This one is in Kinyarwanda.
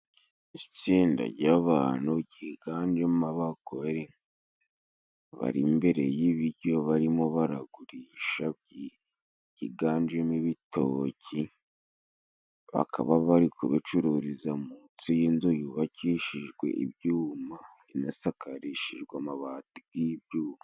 Itsinda ry'abantu ryiganjemo abagore bari imbere y'ibiryo barimo baragurisha higanjemo ibitoki bakaba bari kubicururiza munsi y'inzu yubakishijwe ibyuma inasakarishije amabati g'ibyuma.